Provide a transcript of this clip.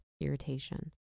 irritation